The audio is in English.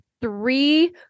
three